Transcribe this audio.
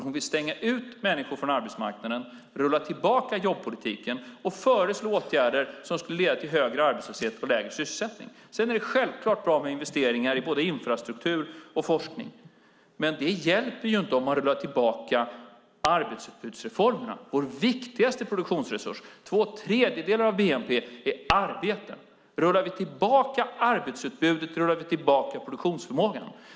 Hon vill nämligen stänga människor ute från arbetsmarknaden, rulla tillbaka jobbpolitiken och föreslå åtgärder som skulle leda till högre arbetslöshet och lägre sysselsättning. Sedan är det självklart bra med investeringar i både infrastruktur och forskning. Det hjälper dock inte om man rullar tillbaka arbetsutbudsreformerna - vår viktigaste produktionsresurs. Två tredjedelar av bnp är arbete. Rullar vi tillbaka arbetsutbudet rullar vi tillbaka produktionsförmågan.